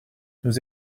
nous